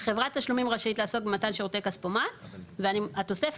"חברת תשלומים רשאית לעסוק במתן שירותי כספומט" והתוספת